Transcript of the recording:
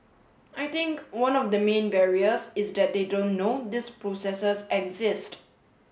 I think one of the main barriers is that they don't know these processes exist